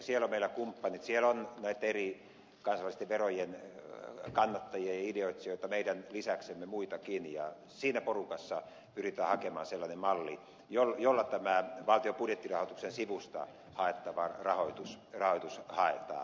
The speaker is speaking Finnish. siellä on meillä kumppanit siellä on näitten eri kansallisten verojen kannattajia ja ideoitsijoita meidän lisäksemme muitakin ja siinä porukassa pyritään hakemaan sellainen malli jolla tämä valtion budjettirahoituksen sivusta haettava rahoitus haetaan